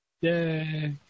Yay